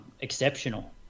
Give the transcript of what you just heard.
exceptional